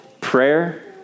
prayer